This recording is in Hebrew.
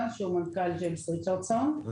אני